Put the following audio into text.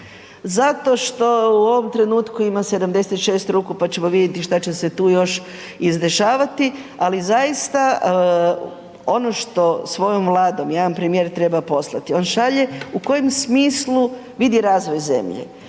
Zato što u ovom trenutku ima 76 ruku pa ćemo vidjeti što će se tu još izdešavati, ali zaista, ono što svojom Vladom jedan premijer treba poslati, on šalje u kojem smislu vidi razvoj zemlje,